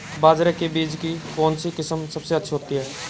बाजरे के बीज की कौनसी किस्म सबसे अच्छी होती है?